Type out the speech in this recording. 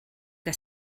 que